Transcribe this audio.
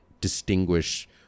distinguish